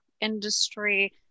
industry